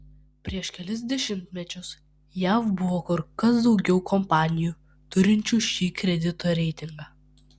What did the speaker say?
prieš kelis dešimtmečius jav buvo kur kas daugiau kompanijų turinčių šį kredito reitingą